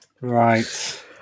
Right